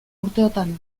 urteotan